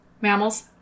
mammals